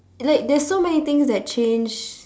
like there's so many things that changed